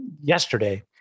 yesterday